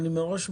אני מתנצל מראש,